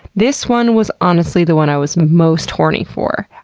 this one was, honestly, the one i was most horny for.